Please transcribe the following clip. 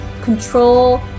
Control